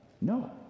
No